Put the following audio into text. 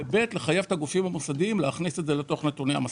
לחייב את הגופים המוסדיים להכניס את זה לתוך נתוני המסלקה.